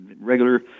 regular